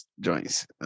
joints